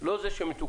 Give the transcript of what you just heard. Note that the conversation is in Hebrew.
לא זה שמתוקן,